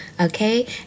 okay